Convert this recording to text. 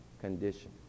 condition